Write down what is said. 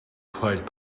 quite